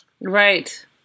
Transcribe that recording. right